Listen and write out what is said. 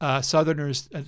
Southerners